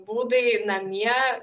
būdai namie